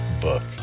book